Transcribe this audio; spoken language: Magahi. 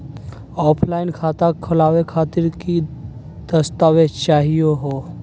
ऑफलाइन खाता खोलहु खातिर की की दस्तावेज चाहीयो हो?